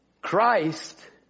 Christ